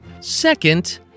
Second